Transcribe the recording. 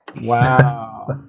Wow